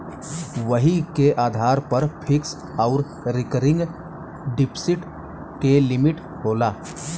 वही के आधार पर फिक्स आउर रीकरिंग डिप्सिट के लिमिट होला